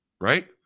right